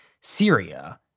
Syria